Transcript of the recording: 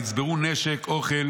ויצברו נשק ואוכל